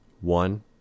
One